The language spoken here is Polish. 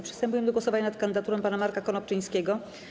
Przystępujemy do głosowania nad kandydaturą pana Marka Konopczyńskiego.